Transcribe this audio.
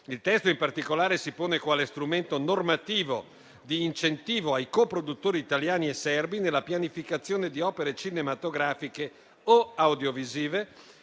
Il testo, in particolare, si pone quale strumento normativo di incentivo ai coproduttori italiani e serbi nella pianificazione di opere cinematografiche o audiovisive,